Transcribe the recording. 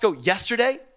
yesterday